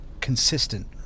consistent